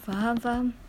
faham faham